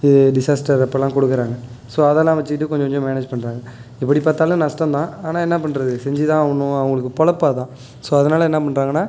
இது டிஸ்ஸாஸ்ட்டர் அப்போலாம் கொடுக்குறாங்க ஸோ அதெலாம் வச்சிக்கிட்டு கொஞ்ச கொஞ்சம் மேனேஜ் பண்ணுறாங்க எப்படி பார்த்தாலும் நஷ்டம் தான் ஆனால் என்ன பண்ணுறது செஞ்சு தான் ஆகணும் அவங்களுக்கு பிழப்பு அதான் ஸோ அதனால் என்ன பண்றாங்கன்னா